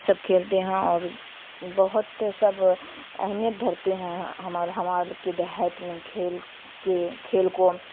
سب کھیلتے ہیں اور بہت سب اہمیت دھرتے ہیں ہمارے لوگ کے دیہات میں کھیل کے کھیل کو